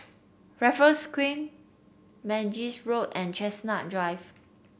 Raffles Quay Mangis Road and Chestnut Drive